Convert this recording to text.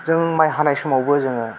जों माइ हानाय समावबो जोङो